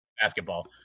Basketball